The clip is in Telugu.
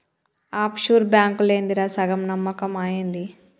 ఆఫ్ షూర్ బాంకులేందిరా, సగం నమ్మకమా ఏంది